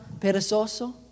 perezoso